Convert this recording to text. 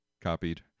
copied